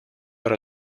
era